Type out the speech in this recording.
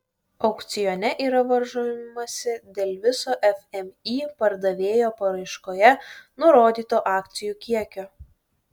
aukcione yra varžomasi dėl viso fmį pardavėjo paraiškoje nurodyto akcijų kiekio